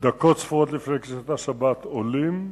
דקות ספורות לפני כניסת השבת עולים.